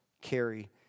carry